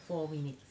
four minute